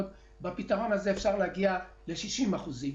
בפתרון הזה אפשר להגיע במקום ל-30% עובדים ל-60%.